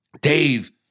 Dave